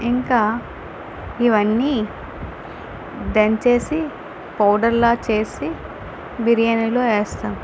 ఇంకా ఇవన్నీ దంచేసి పౌడర్లా చేసి బిర్యానిలో వేస్తాను